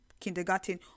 kindergarten